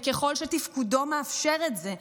וככל שתפקודו מאפשר את זה.